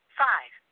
five